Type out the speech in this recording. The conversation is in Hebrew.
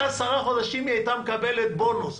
עשרה חודשים היא הייתה מקבלת בונוס.